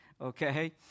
okay